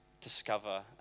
discover